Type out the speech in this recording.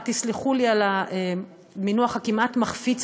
תסלחו לי על המינוח הכמעט-מחפיץ,